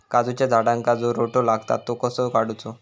काजूच्या झाडांका जो रोटो लागता तो कसो काडुचो?